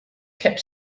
kept